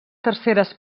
terceres